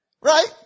Right